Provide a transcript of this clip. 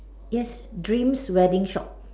yes dreams wedding shop